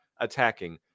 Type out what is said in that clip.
attacking